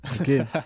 okay